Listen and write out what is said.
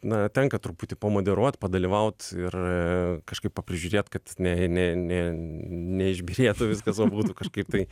na tenka truputį pamoderuot padalyvaut ir kažkaip prižiūrėt kad ne ne ne neišbyrėtų viskas o būtų kažkaip tai